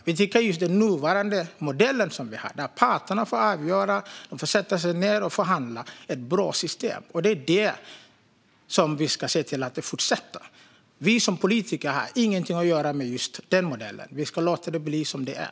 Vi tycker att den nuvarande modell som vi har, där parterna får sätta sig ned och förhandla och avgöra, är ett bra system. Det är det vi ska se till att fortsätta med. Vi som politiker har ingenting att göra med just den modellen. Vi ska låta det vara som det är.